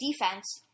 defense